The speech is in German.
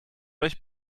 euch